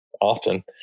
often